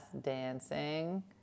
Dancing